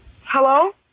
Hello